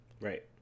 Right